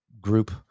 group